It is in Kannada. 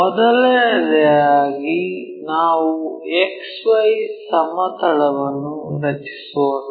ಮೊದಲನೆಯದಾಗಿ ನಾವು X Y ಸಮತಲವನ್ನು ರಚಿಸೋಣ